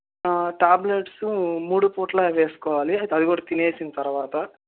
tablets మూడు పూటలా వేసుకోవాలి అది కూడా తినేసిన తరువాత